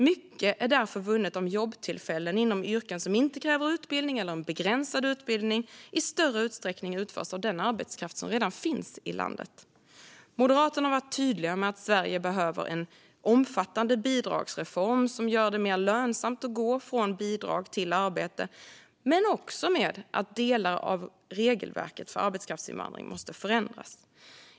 Mycket är därför vunnet om jobbtillfällen inom yrken som inte kräver utbildning eller en begränsad utbildning i större utsträckning utförs av den arbetskraft som redan finns i landet. Moderaterna har varit tydliga med att Sverige behöver en omfattande bidragsreform som gör det mer lönsamt att gå från bidrag till arbete men också med att delar av regelverket för arbetskraftsinvandring måste förändras.